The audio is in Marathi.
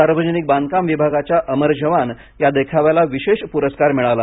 सार्वजनिक बांधकाम विभागाच्या अमर जवान या देखाव्याला विशेष पुरस्कार मिळाला